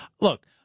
Look